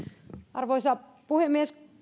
arvoisa puhemies